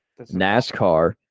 NASCAR